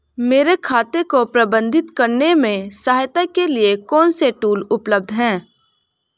मेरे खाते को प्रबंधित करने में सहायता के लिए कौन से टूल उपलब्ध हैं?